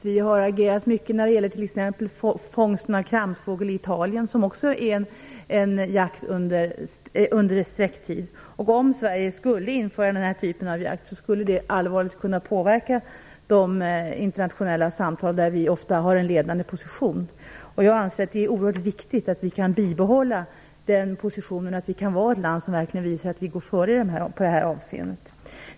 Vi har agerat mycket t.ex. när det gäller fångsten av kramsfågel i Italien som tillåter jakt under häckningstid. Om Sverige skulle införa den typen av jakt skulle det allvarligt kunna påverka de internationella samtal där vi ofta har en ledande position. Jag anser att det är oerhört viktigt att vi kan bibehålla den positionen så att vi verkligen kan vara ett land som går före i det här avseendet.